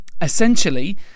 Essentially